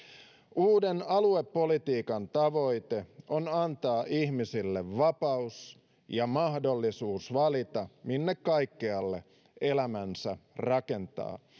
uuden aluepolitiikan tavoite on antaa ihmisille vapaus ja mahdollisuus valita minne kaikkialle elämänsä rakentaa